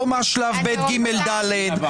לא מה השלבים הבאים של התוכנית.